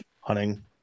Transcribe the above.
hunting